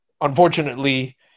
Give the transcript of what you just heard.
unfortunately